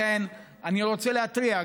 לכן אני רוצה להתריע,